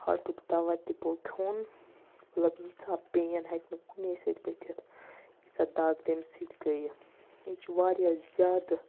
ہاٹُک دوا تہِ پیوٚو کھیوٚن لَفظہِ ییٖژاہ پین ہٮ۪کہِ نہٕ کُنی سۭتۍ ؤتِتھ ییٖژاہ دَگ تٔمۍ سۭتۍ گٔیہِ یہِ چھِ واریاہ زیادٕ